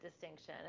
distinction